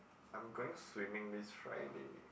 I'm going swimming this Friday